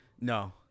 No